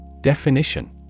Definition